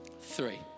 three